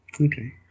Okay